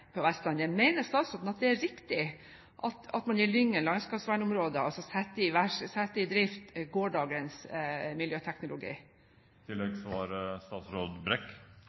på Vestlandet. Mener statsråden at det er riktig at man i Lyngen landskapsvernområde setter i drift gårsdagens miljøteknologi?